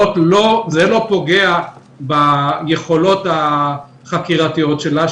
זה לא פוגע ביכולות החקירתיות שלה.